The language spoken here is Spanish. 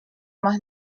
más